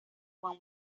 juan